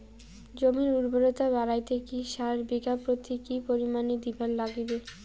জমির উর্বরতা বাড়াইতে কি সার বিঘা প্রতি কি পরিমাণে দিবার লাগবে?